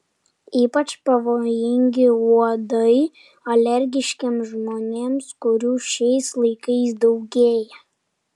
ypač pavojingi uodai alergiškiems žmonėms kurių šiais laikais daugėja